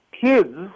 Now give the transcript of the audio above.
Kids